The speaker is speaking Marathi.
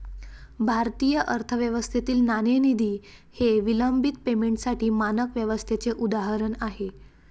भारतीय अर्थव्यवस्थेतील नाणेनिधी हे विलंबित पेमेंटसाठी मानक व्यवस्थेचे उदाहरण आहे